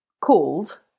called